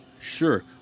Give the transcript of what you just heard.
sure